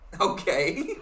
okay